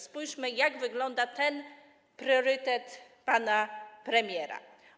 Spójrzmy, jak wygląda ten priorytet pana premiera.